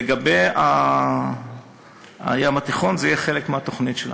לגבי הים התיכון, זה יהיה חלק מהתוכנית שלנו.